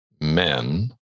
men